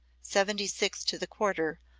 seventy six to the quarter,